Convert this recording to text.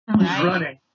running